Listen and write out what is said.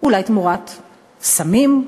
אולי תמורת סמים,